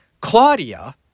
Claudia